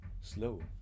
slow